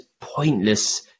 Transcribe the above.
pointless